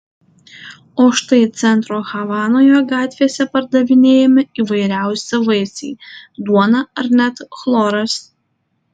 o štai centro havanoje gatvėse pardavinėjami įvairiausi vaisiai duona ar net chloras